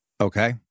Okay